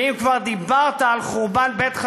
ואם כבר דיברת על חורבן בית חשמונאי,